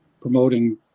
promoting